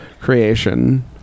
creation